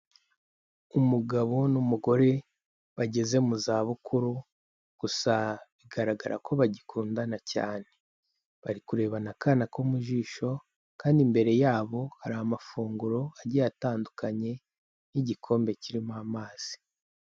Umugabo n'umugore bageze mu za bukuru, gusa bigaragara ko bagikundana cyane, bari kurebana akana ko mu jisho kandi imbere yabo hari amafunguro agiye atandukanye, n'igikombe kirimo amazi.